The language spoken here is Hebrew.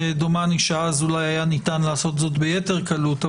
ודומני שאז אולי היה ניתן לעשות זאת ביתר קלות,